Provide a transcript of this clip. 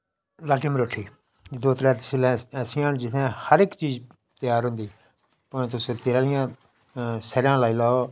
लाट्टी मरोट्ठी एह् दो त्रै तसीलां ऐसियां न जित्थै हर इक चीज़ त्यार होंदी भमै तुस तेला आह्लियां स'रेआं लाई लैओ